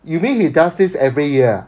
you mean he does this every year